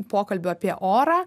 pokalbių apie orą